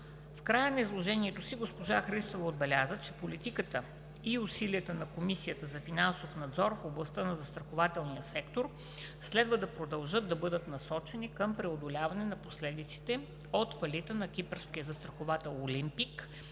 В края на изложението си госпожа Христова отбеляза, че политиката и усилията на Комисията за финансов надзор в областта на застрахователния сектор следва да продължат да бъдат насочени към преодоляване на последиците от фалита на кипърския застраховател „Олимпик“